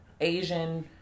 Asian